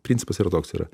principas yra toks yra